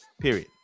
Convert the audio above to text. Period